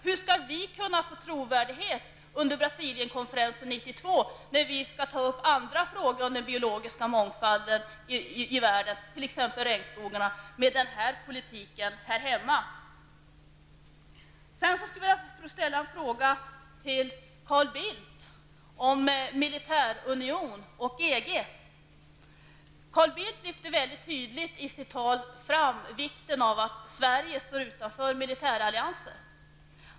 Hur skall vi kunna få trovärdighet under Brasilienkonferensen 1992, när vi skall ta upp andra frågor om den biologiska mångfalden i världen, t.ex. regnskogarna, om vi för den här politiken här hemma? Sedan vill jag ställa en fråga till Carl Bildt om militärunion och EG. Carl Bildt lyfte i sitt tal mycket tydligt fram vikten av att Sverige står utanför militärallianser.